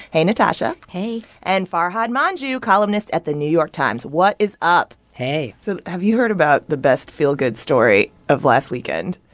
hey, nitasha hey and farhad manjoo, columnist at the new york times. what is up? hey so have you heard about the best feel-good story of last weekend?